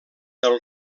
del